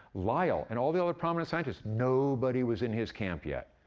lyell and all the other prominent scientists nobody was in his camp yet.